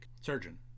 surgeon